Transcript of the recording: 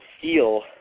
feel